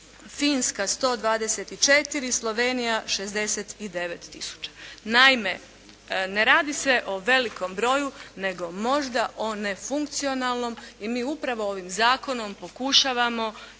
Finska 124, Slovenija 69 tisuća. Naime, ne radi se o velikom broju nego možda o nefunkcionalnom i mi upravo ovim zakonom pokušavamo